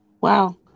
wow